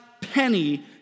penny